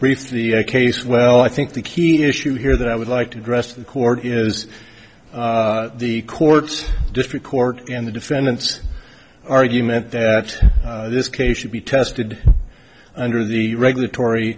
brief to the case well i think the key issue here that i would like to address to the court is the court's district court in the defendant's argument that this case should be tested under the regulatory